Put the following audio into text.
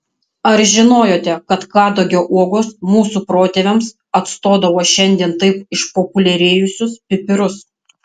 ar žinojote kad kadagio uogos mūsų protėviams atstodavo šiandien taip išpopuliarėjusius pipirus